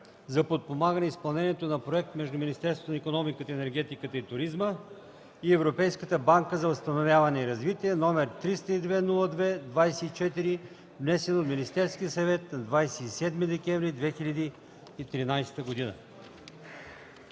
за подпомагане изпълнението на проект между Министерството на икономиката, енергетиката и туризма и Европейската банка за възстановяване и развитие, № 302 02-24, внесен от Министерския съвет на 27 декември 2013 г.”